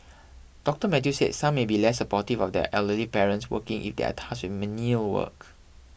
Doctor Mathew said some may be less supportive of their elderly parents working if they are tasked with menial work